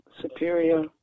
superior